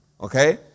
okay